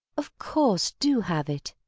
of course, do have it.